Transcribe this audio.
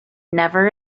never